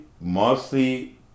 mostly